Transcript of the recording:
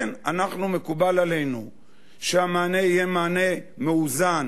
כן, אנחנו, מקובל עלינו שהמענה יהיה מענה מאוזן,